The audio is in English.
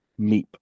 meep